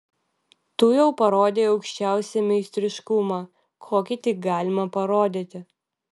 tu jau parodei aukščiausią meistriškumą kokį tik galima parodyti